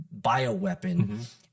bioweapon